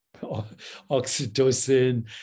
oxytocin